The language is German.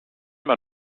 man